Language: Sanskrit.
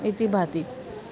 इति भाति